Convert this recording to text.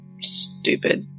stupid